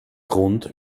grund